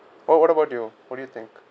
what what about you what do you think